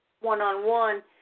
one-on-one